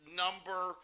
number